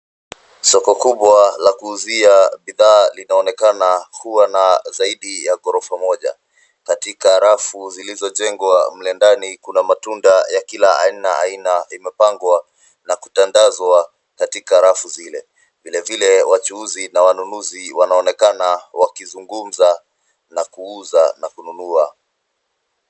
Soko kubwa la kuuzia bidhaa linaonekana kuwa na zaidi ya ghorofa moja. Katika rafu zilizojengwa mle ndani kuna matunda ya kila aina aina imepangwa na kutandazwa katika rafu zile. Vile vile wachuuzi na wanunuzi wanaonekana wakizugumza na kuuza na kununua.